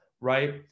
right